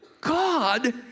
God